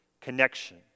connection